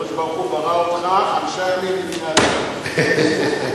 הקדוש-ברוך-הוא ברא אותך חמישה ימים לפני אדם הראשון.